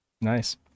nice